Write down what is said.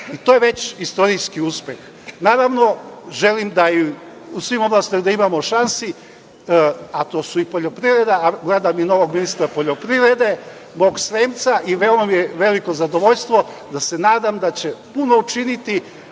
i to je već istorijski uspeh. Naravno, želim da joj u svim oblastima da imamo šansi, a to su i poljoprivreda, a gledam i novog ministra poljoprivrede, mog Sremca i veoma mi je veliko zadovoljstvo da se nadam da će puno učiniti